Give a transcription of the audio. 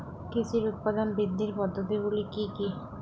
কৃষির উৎপাদন বৃদ্ধির পদ্ধতিগুলি কী কী?